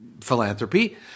philanthropy